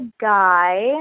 guy